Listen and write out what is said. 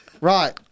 Right